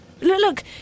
Look